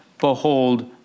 behold